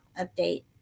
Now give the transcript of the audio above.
update